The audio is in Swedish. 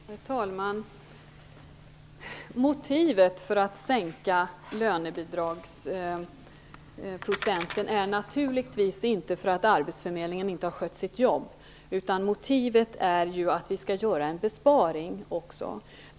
Herr talman! Motivet för att sänka lönebidragsprocenten är naturligtvis inte att arbetsförmedlingen inte har skött sitt jobb, utan motivet är att vi skall göra en besparing.